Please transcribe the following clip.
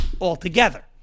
altogether